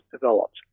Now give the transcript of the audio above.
developed